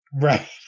Right